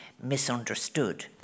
misunderstood